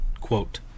quote